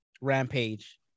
Rampage